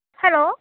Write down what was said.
hello